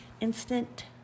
instant